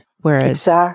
Whereas